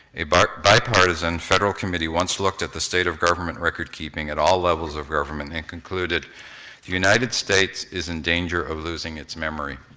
a but bipartisan, federal committee once looked at the state of government recordkeeping at all levels of government and concluded united states is in danger of losing its memory.